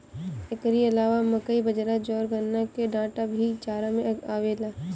एकरी अलावा मकई, बजरा, ज्वार, गन्ना के डाठ भी चारा में आवेला